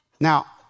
now